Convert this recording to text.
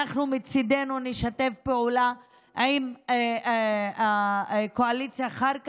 אנחנו מצידנו נשתף פעולה עם הקואליציה אחר כך,